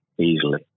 easily